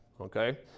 okay